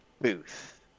booth